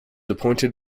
appointed